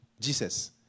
Jesus